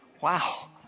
wow